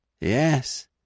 Yes